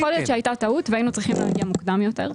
יכול להיות שהייתה טעות והיינו צריכים להגיע מוקדם יותר.